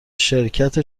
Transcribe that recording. شرکت